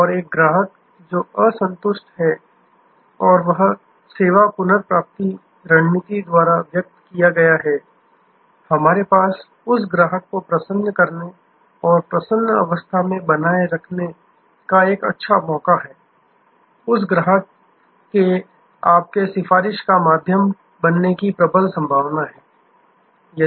और एक ग्राहक जो असंतुष्ट है और सेवा पुनर्प्राप्ति रणनीति द्वारा व्यक्त किया गया है हमारे पास उस ग्राहक को प्रसन्न करने और प्रसन्न अवस्था में बनाये रखने का एक अच्छा मौका है उस ग्राहक के आपके सिफारिश का माध्यम बनने की प्रबल संभावना है